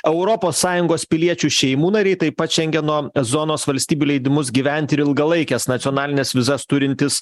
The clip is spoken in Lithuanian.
europos sąjungos piliečių šeimų nariai taip pat šengeno zonos valstybių leidimus gyventi ir ilgalaikes nacionalines vizas turintys